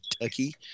Kentucky